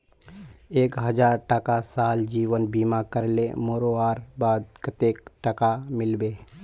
एक हजार टका साल जीवन बीमा करले मोरवार बाद कतेक टका मिलबे?